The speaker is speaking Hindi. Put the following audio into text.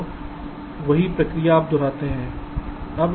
तो वही प्रक्रिया आप दोहराते हैं